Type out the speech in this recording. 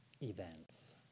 events